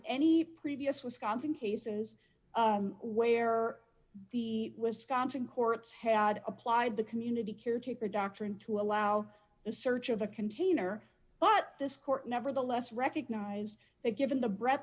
any previous wisconsin cases where the wisconsin courts had applied the community caretaker doctrine to allow the search of a container but this court nevertheless recognized that given the breadth